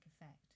effect